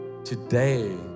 Today